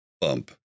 bump